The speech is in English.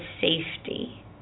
safety